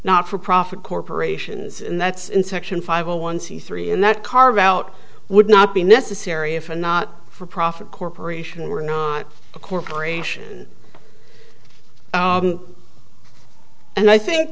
not for profit corporations and that's in section five hundred one c three and that carve out would not be necessary if a not for profit corporation were not a corporation and i